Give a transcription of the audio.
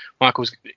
Michaels